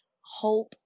hope